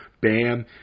Bam